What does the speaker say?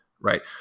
right